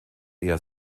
eher